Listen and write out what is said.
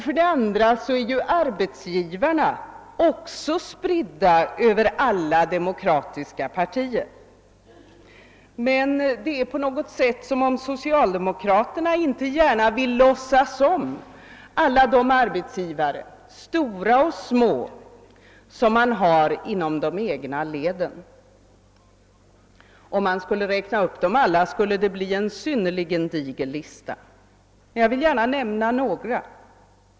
För det andra är arbetsgivarna också spridda över alla demokratiska partier. Men det är på något sätt som om socialdemokraterna inte gärna vill låtsas om de arbetsgivare, stora och små, som de har inom de egna leden. Om jag skulle räkna upp dem alla skulle det bli en synnerligen diger lista, men jag vill gärna nämna några.